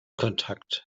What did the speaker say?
kontakt